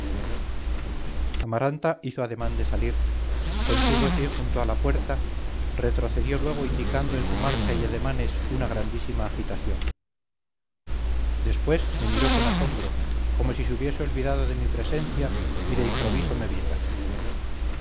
amaranta hizo ademán de salir contúvose junto a la puerta retrocedió luego indicando en su marcha y ademanes una grandísima agitación después me miró con asombro como si se hubiese olvidado de mi presencia y de improviso me viera